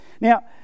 Now